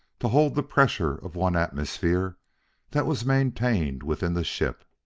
to hold the pressure of one atmosphere that was maintained within the ship.